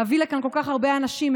להביא לכאן כל כך הרבה אנשים,